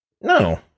No